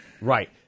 Right